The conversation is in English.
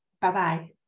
Bye-bye